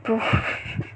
bruh